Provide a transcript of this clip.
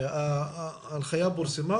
ההנחיה פורסמה?